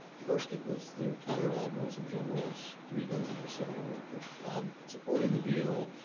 first it was the retired admirals and generals, three dozen or so supporting the deal.